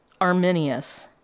Arminius